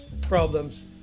problems